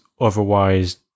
otherwise